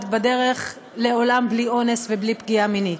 בדרך לעולם בלי אונס ובלי פגיעה מינית.